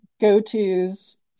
go-tos